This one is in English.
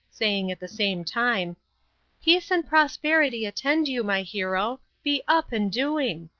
saying at the same time peace and prosperity attend you, my hero be up and doing!